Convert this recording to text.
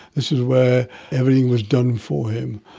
this was where everything was done for him.